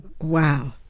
Wow